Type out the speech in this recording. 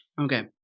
Okay